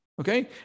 Okay